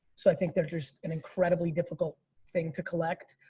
so i think there's just an incredibly difficult thing to collect,